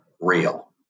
real